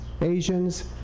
Asians